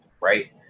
right